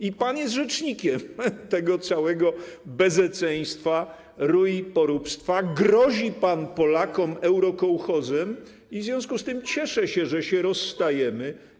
I pan jest rzecznikiem tego całego bezeceństwa, rui i porubstwa, grozi pan Polakom eurokołchozem, w związku z tym cieszę się, że się rozstajemy.